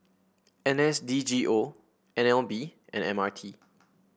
N S D G O N L B and M R T